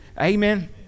Amen